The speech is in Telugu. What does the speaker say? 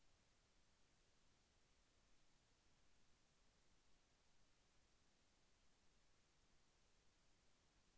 డెబిట్ కార్డు అని ఎందుకు అంటారు?